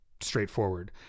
straightforward